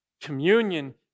Communion